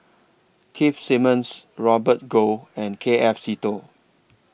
Keith Simmons Robert Goh and K F Seetoh